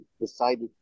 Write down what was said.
decided